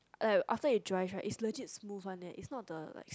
like after it dry right is legit smooth one leh is not the like